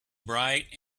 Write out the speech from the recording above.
bright